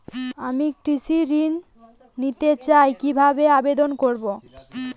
আমি কৃষি ঋণ নিতে চাই কি ভাবে আবেদন করব?